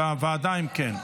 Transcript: בוועדה, אם כן.